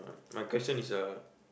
my question is uh